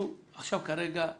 כרגע אנחנו